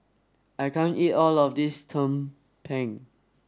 I can't eat all of this Tumpeng